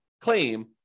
claim